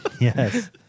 Yes